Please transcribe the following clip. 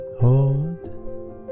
hold